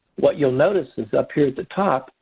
what you'll notice is up here at the top,